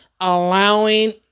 allowing